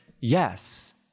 Yes